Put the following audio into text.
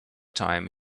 time